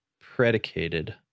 predicated